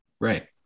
right